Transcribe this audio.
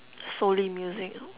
solely music